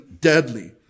deadly